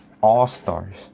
all-stars